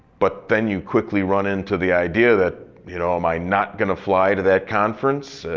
but then you quickly run into the idea that you know am i not going to fly to that conference?